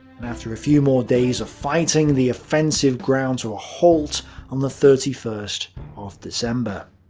after a few more days of fighting, the offensive ground to a halt on the thirty first of december.